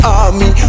army